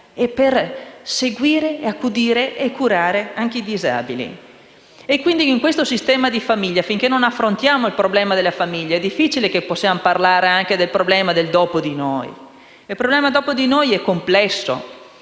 e per seguire, accudire e curare anche i disabili. Quindi in questo sistema di famiglia, finché non affrontiamo il problema della famiglia, è difficile che possiamo parlare anche del problema del "dopo di noi". Il problema del "dopo di noi" è complesso,